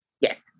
Yes